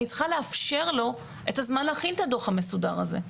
אני צריכה לאפשר לו את הזמן להכין את הדוח המסודר הזה,